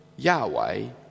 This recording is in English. Yahweh